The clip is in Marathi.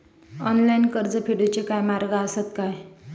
ऑनलाईन कर्ज फेडूचे काय मार्ग आसत काय?